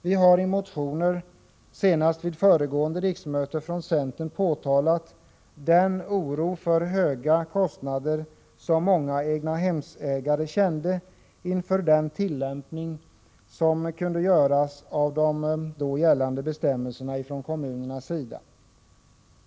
Vi har i motioner, senast vid föregående riksmöte, från centern pekat på den oro för höga kostnader som många egnahemsägare kände inför den tillämpning som kunde göras av de då gällande bestämmelserna från kommunernas sida.